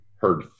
heard